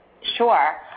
sure